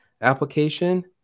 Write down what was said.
application